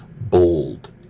bold